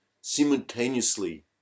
simultaneously